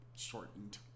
shortened